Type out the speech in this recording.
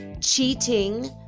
cheating